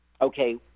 Okay